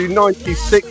96